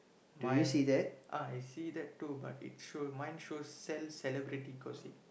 mine ah I see that too but it shows mine shows sell celebrity gossip